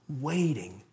waiting